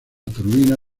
turbina